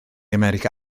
america